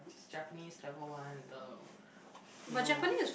just Japanese level one the mod